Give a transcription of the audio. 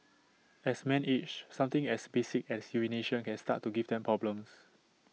as men age something as basic as urination can start to give them problems